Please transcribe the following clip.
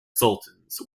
sultans